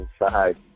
inside